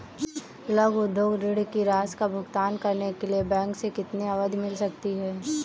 लघु उद्योग ऋण की राशि का भुगतान करने के लिए बैंक से कितनी अवधि मिल सकती है?